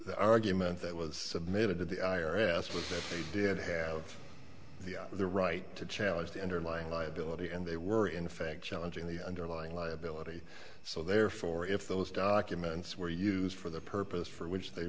the argument that was submitted to the i r s which did have the right to challenge the underlying liability and they were in fact challenging the underlying liability so therefore if those documents were used for the purpose for which they